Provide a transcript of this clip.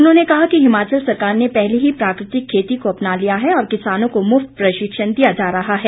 उन्होंने कहा कि हिमाचल सरकार ने पहले ही प्राकृतिक खेती को अपना लिया है और किसानों को मुफ्त प्रशिक्षण दिया जा रहा है